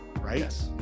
Right